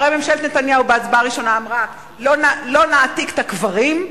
הרי ממשלת נתניהו בהצבעה הראשונה אמרה: לא נעתיק את הקברים,